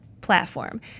platform